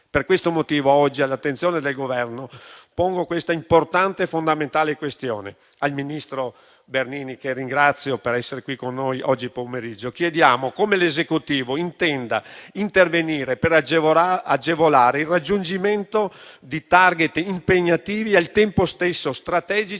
Per questo motivo pongo oggi all'attenzione del Governo la seguente importante e fondamentale questione. Al ministro Bernini, che ringrazio per essere qui con noi, oggi pomeriggio, chiediamo come l'Esecutivo intenda intervenire per agevolare il raggiungimento di *target* impegnativi e al tempo stesso strategici